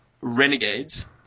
Renegades